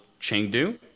Chengdu